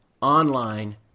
online